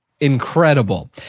incredible